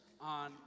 on